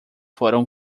foram